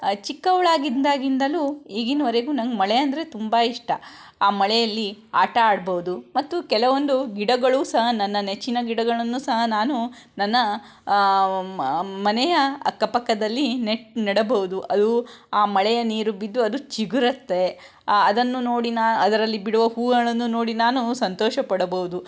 ಚಿಕ್ಕವಳಾಗಿದ್ದಾಗಿಂದಲೂ ಈಗಿನವರೆಗೂ ನನಗೆ ಮಳೆ ಅಂದರೆ ತುಂಬ ಇಷ್ಟ ಆ ಮಳೆಯಲ್ಲಿ ಆಟ ಆಡ್ಬೋದು ಮತ್ತು ಕೆಲವೊಂದು ಗಿಡಗಳು ಸಹ ನನ್ನ ನೆಚ್ಚಿನ ಗಿಡಗಳನ್ನು ಸಹ ನಾನು ನನ್ನ ಮನೆಯ ಅಕ್ಕ ಪಕ್ಕದಲ್ಲಿ ನೆಟ್ ನೆಡಬೋದು ಅದು ಆ ಮಳೆಯ ನೀರು ಬಿದ್ದು ಅದು ಚಿಗುರತ್ತೆ ಅದನ್ನು ನೋಡಿ ನ ಅದರಲ್ಲಿ ಬಿಡುವ ಹೂಗಳನ್ನು ನೋಡಿ ನಾನು ಸಂತೋಷ ಪಡಬೋದು